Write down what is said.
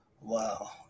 Wow